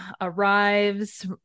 arrives